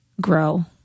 grow